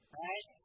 right